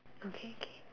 okay K